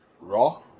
Raw